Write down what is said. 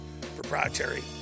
proprietary